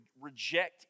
reject